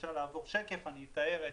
אתאר את